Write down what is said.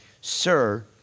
sir